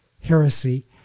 heresy